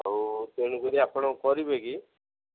ଆଉ ତେଣୁ କରି ଆପଣ କରିବେ କି